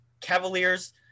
Cavaliers